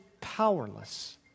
powerless